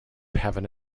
heaven